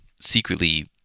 secretly